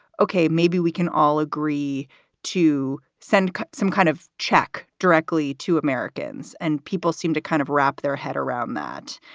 ok, maybe we can all agree to send some kind of check directly to americans. and people seem to kind of wrap their head around that.